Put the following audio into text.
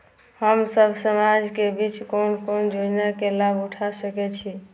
हम सब समाज के बीच कोन कोन योजना के लाभ उठा सके छी?